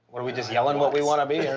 we just yelling what we want to be?